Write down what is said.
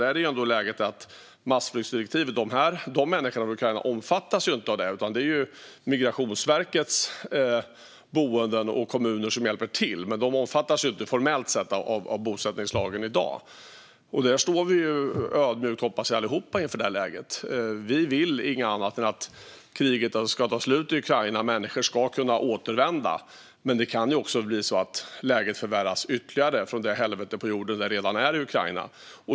Där är ändå läget sådant att massflyktsdirektivet gäller. De här människorna från Ukraina omfattas inte formellt sett av bosättningslagen i dag, utan det handlar om Migrationsverkets boenden och kommuner som hjälper till. Jag hoppas att vi allihop står ödmjuka inför detta läge. Vi vill inget annat än att kriget ska ta slut i Ukraina och att människor ska kunna återvända. Men det kan också bli så att läget förvärras ytterligare från det helvete på jorden som redan råder i Ukraina.